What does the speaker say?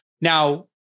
Now